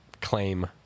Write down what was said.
claim